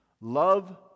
love